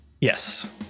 Yes